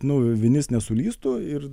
nu vinis nesulįstu ir